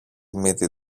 μύτη